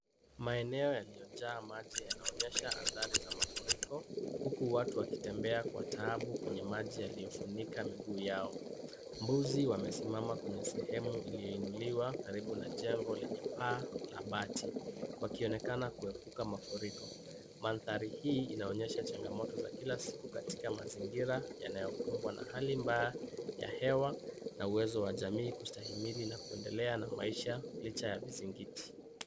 Maeneo yaliyo jaa maji yanaonyesha athari za mafuriko. Huku watu wakitembea kwa taabu kwenye maji yaliyofunika miguu yao. Mbuzi wamesima kwenye sehemu iyoinuliwa karibu na jengo lenye paa la bati. Wakionekana kuhebuka mafuriko. Mandhari hii inaonyesha changamoto za kila siku katika mazingira yanayokumbwa na hali mbaya ya hewa na uwezo wa jamii kusitahimili na kuendelea na maisha licha ya visingiti.